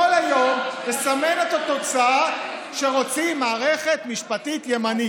לא כל היום לסמן את התוצאה שרוצים: מערכת משפטית ימנית.